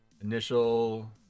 initial